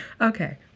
Okay